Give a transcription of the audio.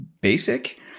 basic